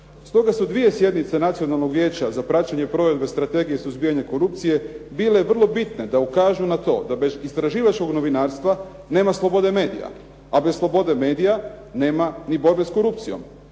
Stoga su dvije sjednice Nacionalnog vijeća za praćenje provedbe strategije suzbijanja korupcije bile vrlo bitne da ukažu na to da bez istraživačkog novinarstva nema slobode medija a bez slobode medija nema ni borbe sa korupcijom.